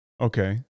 Okay